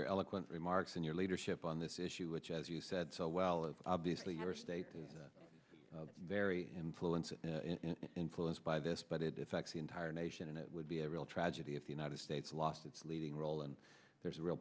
your eloquent remarks and your leadership on this issue which as you said so well as obviously very influenced influenced by this but it effects the entire nation and it would be a real tragedy if the united states lost its leading role and there's a real